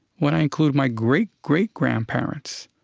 when i include my great-great-grandparents,